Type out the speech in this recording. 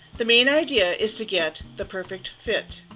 the main idea is to get the perfect fit.